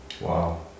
Wow